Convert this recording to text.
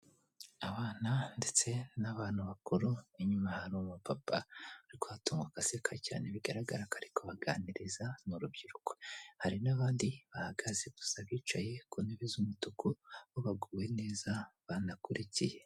Abana ndetse n'abantu bakuru inyuma hari upapa uri kuhatunguka aseka cyane, bigaragara ko ariko baganiriza n'urubyiruko. Hari n'abandi bahagaze. Gusa abicaye ku ntebe z'umutuku bo baguwe neza, banakurikiye.